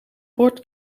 bord